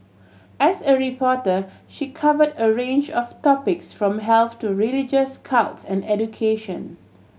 as a reporter she covered a range of topics from health to religious cults and education